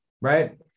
right